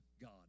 God